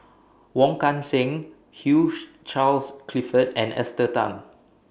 Wong Kan Seng Hugh Charles Clifford and Esther Tan